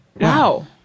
Wow